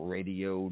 Radio